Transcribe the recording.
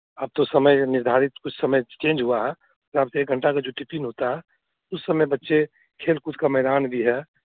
अब तो समय निर्धारित कुछ समय चेंज हुआ है ना अब से एक घंटा में जो टिफिन होता है उस समय बच्चे खेल कूद का मैदान भी है